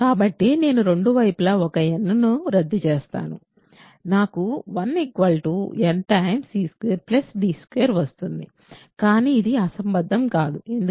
కాబట్టి నేను రెండు వైపులా ఒక n ను రద్దు చేస్తాను నాకు 1 n c 2 d 2 వస్తుంది కానీ ఇది అసంబద్ధం కాదు ఎందుకు